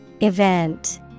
Event